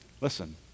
Listen